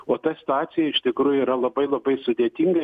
o ta situacija iš tikrųjų yra labai labai sudėtinga